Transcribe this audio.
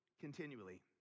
continually